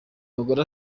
mugore